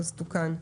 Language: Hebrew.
תוקן.